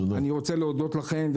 אני רוצה להודות לכם,